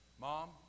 mom